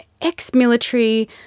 ex-military